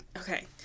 okay